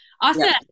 Awesome